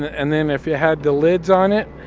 and then, if it had the lids on it,